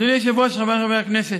אדוני היושב-ראש, חבריי חברי הכנסת,